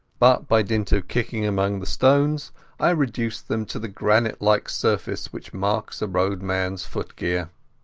but by dint of kicking among the stones i reduced them to the granite-like surface which marks a roadmanas footgear.